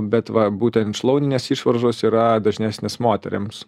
bet va būtent šlauninės išvaržos yra dažnesnės moterims